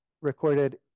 recorded